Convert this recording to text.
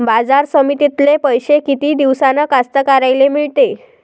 बाजार समितीतले पैशे किती दिवसानं कास्तकाराइले मिळते?